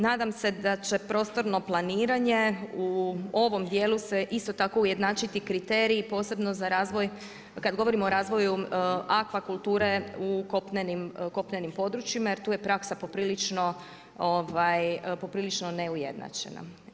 Nadam se da će prostorno planiranje u ovom dijelu se isto tako ujednačiti kriteriji posebno za razvoj, kada govorimo o razvoju akvakulture u kopnenim područjima jer tu je praksa poprilično neujednačena.